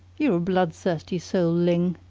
you're a bloodthirsty soul, ling,